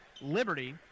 Liberty